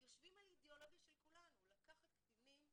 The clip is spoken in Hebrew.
יושבים על האידיאולוגיה של כולנו, לקחת קטינים,